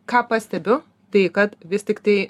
ką pastebiu tai kad vis tiktai